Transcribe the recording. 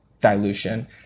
dilution